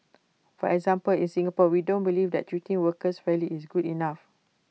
for example in Singapore we don't believe that treating workers fairly is good enough